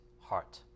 heart